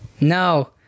No